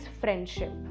friendship